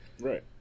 right